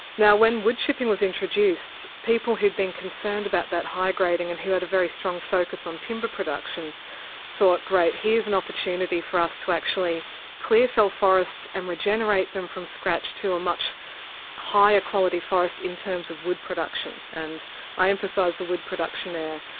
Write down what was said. now, when wood chipping was introduced people who'd been concerned about that high-grading and who had a very strong focus on timber production thought, great. here's an opportunity for us to actually clear fell forests and regenerate them from scratch to a much higher quality forest in terms of wood production. and i emphasise the wood production there.